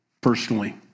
personally